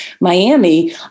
Miami